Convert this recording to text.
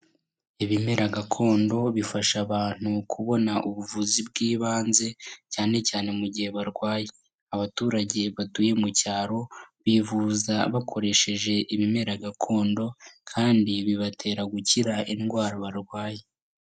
Ibimera gakondo bifasha abantu kubona ubuvuzi bw'ibanze cyane cyane mu gihe barwaye; abaturage batuye mu cyaro bivuza bakoresheje ibimera gakondo kandi babatera gukira indwara barwaye.